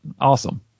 Awesome